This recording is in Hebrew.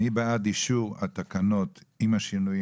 מי בעד אישור התקנות עם השינויים